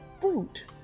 fruit